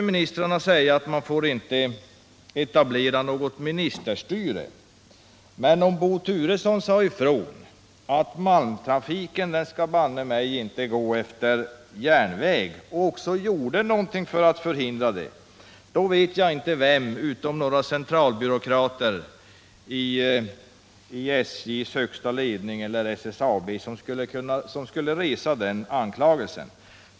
Ministrarna brukar säga att man inte får etablera något ministerstyre. Men om Bo Turesson sade ifrån att malmtrafiken banne mig skall gå efter järnväg och också gjorde något för att förhindra en motsatt utveckling, vet jag inte vem - utom några centralbyråkrater i SJ:s högsta ledning eller i SSAB - som skulle anklaga honom för ministerstyre.